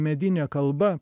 medinė kalba